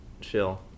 chill